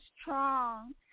strong